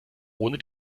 ohne